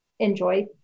enjoy